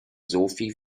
sophie